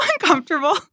uncomfortable